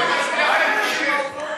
אני לא מצליח להתרגז.